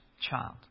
child